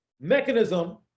mechanism